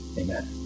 amen